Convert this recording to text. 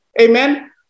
amen